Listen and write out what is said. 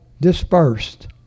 dispersed